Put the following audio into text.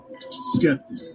Skeptic